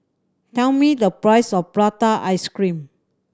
tell me the price of prata ice cream